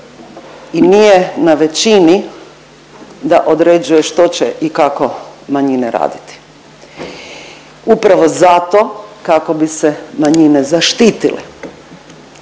i nije na većini da određuje što će i kako manjine raditi upravo zato kako bi se manjine zaštitile.